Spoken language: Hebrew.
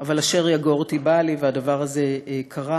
אבל אשר יגורתי בא לי, והדבר הזה קרה.